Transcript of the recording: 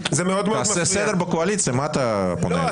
תעשה סדר בקואליציה, מה אתה פונה אלינו?